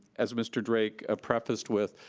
as mr. drake ah prefaced with,